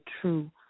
true